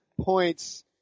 points